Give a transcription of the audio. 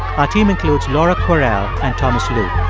our team includes laura kwerel and thomas lu